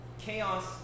Chaos